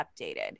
updated